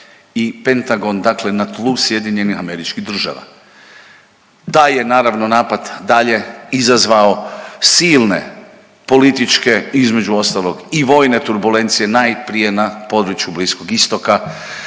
i Pentagon, dakle na tlu SAD-a. Taj je naravno napad dalje izazvao silne političke, između ostalog i vojne turbulencije najprije na području Bliskog istoka,